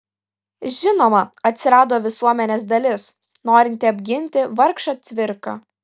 žinoma atsirado visuomenės dalis norinti apginti vargšą cvirką